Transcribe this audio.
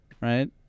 Right